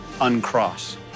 uncross